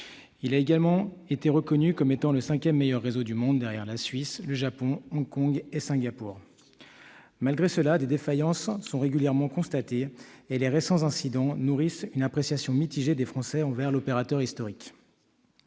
Il a également été reconnu comme étant le cinquième meilleur réseau du monde, derrière la Suisse, le Japon, Hong Kong et Singapour. Malgré cela, des défaillances sont régulièrement constatées, et les récents incidents nourrissent une appréciation mitigée des Français envers l'opérateur historique.